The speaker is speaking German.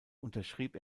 unterschrieb